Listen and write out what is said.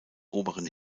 oberen